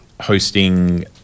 hosting